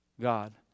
God